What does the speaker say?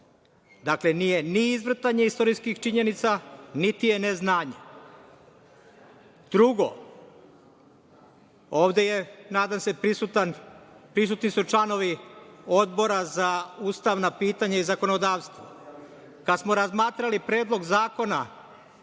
Dakle, nije ni izvrtanje istorijskih činjenica, niti je neznanje. Drugo, ovde su, nadam se, prisutni članovi Odbora za ustavna pitanja i zakonodavstvo. Kada smo razmatrali Predlog zakona